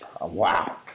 wow